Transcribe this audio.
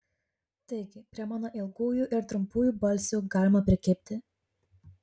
taigi prie mano ilgųjų ir trumpųjų balsių galima prikibti